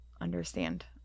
understand